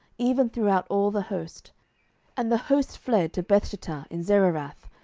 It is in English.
even throughout all the host and the host fled to bethshittah in zererath,